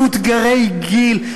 מאותגרי גיל,